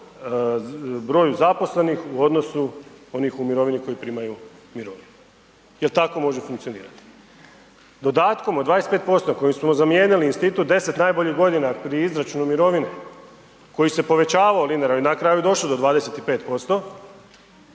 broju zaposlenih u odnosu onih u mirovini koji primaju mirovinu jer tako može funkcionirati. Dodatkom od 25% kojim smo zamijenili institut 10 najboljih godina pri izračunu mirovine, koji se povećavao linearno i na kraju došao do 25%